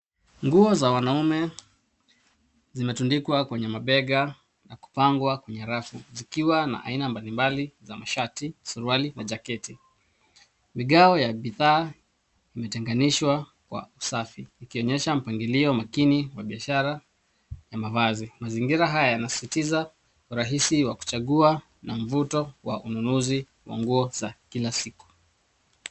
Nguo za wanaume zimetundikwa kwenye mabega na kupangwa kwenye rafu, zikiwa na aina mbalimbali za mashati, suruali na jaketi. Vigawo ya bidhaa imetenganishwa kwa usafi ikionyesha mpangilio makini wa biashara ya mavazi. Mazingira haya yanasisitiza urahisi wa kuchagua na mvuto wa ununuzi wa nguo za kila siku.